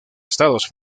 estados